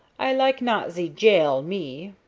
i like not ze jail, me.